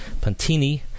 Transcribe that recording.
Pantini